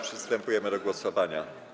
Przystępujemy do głosowania.